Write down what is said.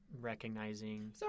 recognizing